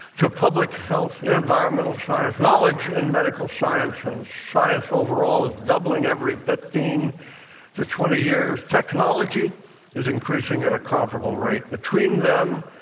to public health, environmental science. knowledge in medical science and science overall is doubling every fifteen to twenty years. technology is increasing at a comparable rate. between them,